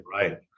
right